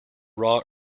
raw